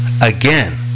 Again